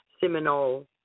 Seminole